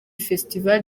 festival